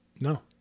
no